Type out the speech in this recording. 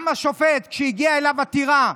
גם השופט, כשהגיעה אליו עתירה,